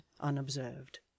unobserved